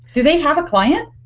do they have a client?